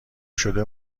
شده